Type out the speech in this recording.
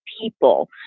people